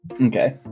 Okay